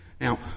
Now